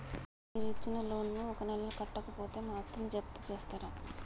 మీరు ఇచ్చిన లోన్ ను ఒక నెల కట్టకపోతే మా ఆస్తిని జప్తు చేస్తరా?